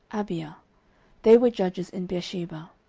abiah they were judges in beersheba.